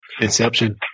Inception